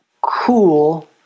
cool